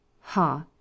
Ha